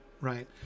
right